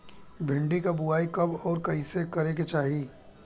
भिंडी क बुआई कब अउर कइसे करे के चाही?